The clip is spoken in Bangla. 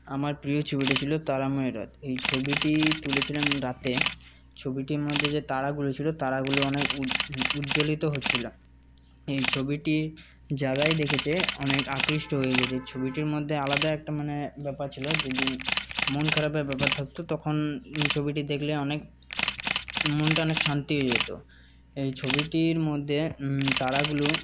আমার প্রিয় ছবিটি ছিল তারাময় রাত এই ছবিটি তুলেছিলাম রাতে ছবিটির মধ্যে যে তারাগুলো ছিল তারাগুলি অনেক উজ্জ্বলিত হচ্ছিল এই ছবিটি যারাই দেখেছে অনেক আকৃষ্ট হয়ে গেছে ছবিটির মধ্যে আলাদা একটা মানে ব্যাপার ছিল যেদিন মন খারাপের ব্যাপার থাকতো তখন ছবিটি দেখলে অনেক মনটা অনেক শান্তি হয়ে যেত এই ছবিটির মধ্যে তারাগুলো